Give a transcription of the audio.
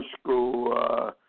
school